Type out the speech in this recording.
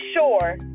sure